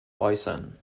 äußern